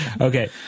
Okay